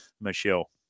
Michelle